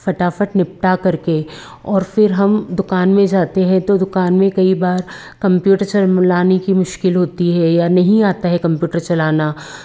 फटाफट निपटा करके और फिर हम दुकान में जाते हैं तो दुकान में कई बार कंप्यूटर चलाने कि मुश्किल होती है या नहीं आता है कंप्यूटर चलाना